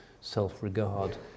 self-regard